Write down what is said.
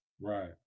Right